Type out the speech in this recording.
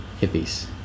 hippies